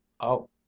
Oh